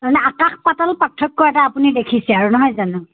তাৰমানে আকাশ পাতাল পাৰ্থক্য় এটা আপুনি দেখিছে আৰু নহয় জানো